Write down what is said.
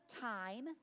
time